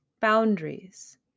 Boundaries